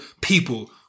people